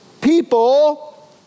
People